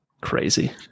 crazy